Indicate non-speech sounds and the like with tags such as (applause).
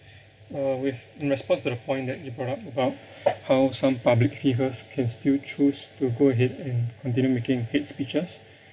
(breath) uh with in response to the point that you brought up about how some public figures can still choose to go ahead and continue making hate speeches